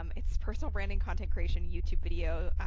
um it's personal branding, content creation, youtube video,